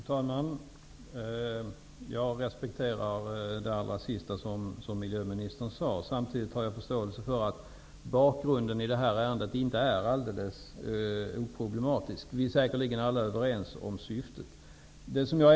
Fru talman! Jag respekterar det allra senaste som miljöministern sade. Samtidigt har jag förståelse för att bakgrunden i det här ärendet inte är alldeles oproblematisk. Vi är säkerligen alla överens om syftet.